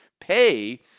pay